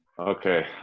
Okay